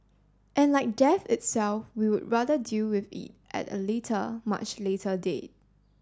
and like death itself we would rather deal with it at a later much later date